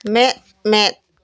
ᱢᱮᱸᱫ ᱢᱮᱸᱫ